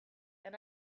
and